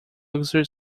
luxury